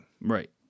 Right